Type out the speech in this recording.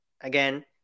again